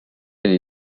elle